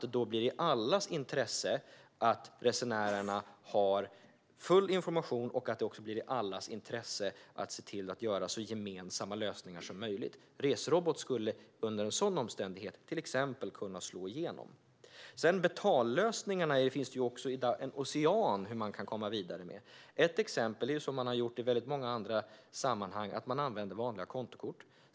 Det ligger i allas intresse att resenärerna har fullständig information, och det ligger i allas intresse att skapa så gemensamma lösningar som möjligt. Resrobot skulle under en sådan omständighet kunna slå igenom. Det finns en ocean av betallösningar att gå vidare med. Ett exempel är, som i så många andra sammanhang, att använda vanliga kontokort.